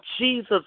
Jesus